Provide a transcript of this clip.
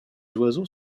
oiseaux